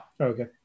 Okay